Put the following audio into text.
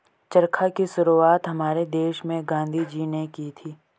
चरखा की शुरुआत हमारे देश में गांधी जी ने की थी